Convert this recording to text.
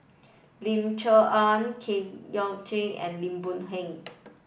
Lim Chee Onn Kwek Leng Joo and Lim Boon Heng